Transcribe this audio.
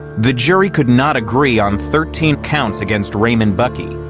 the jury could not agree on thirteen counts against raymond buckey.